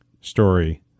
story